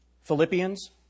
Philippians